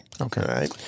Okay